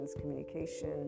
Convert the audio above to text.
communication